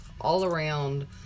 all-around